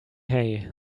hay